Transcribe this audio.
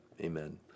amen